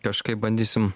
kažkaip bandysim